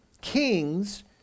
kings